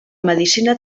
medicina